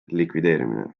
likvideerimine